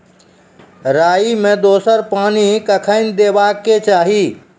राई मे दोसर पानी कखेन देबा के चाहि?